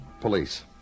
Police